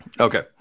Okay